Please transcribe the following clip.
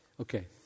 Okay